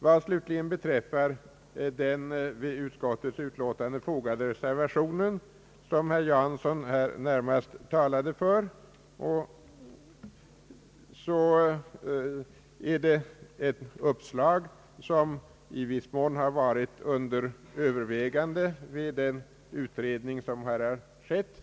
Vad slutligen beträffar den till utskottets utlåtande fogade reservationen, som herr Jansson här närmast talade för, upptar den ett uppslag som i viss mån har varit under övervägande vid den utredning som här har skett.